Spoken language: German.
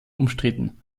umstritten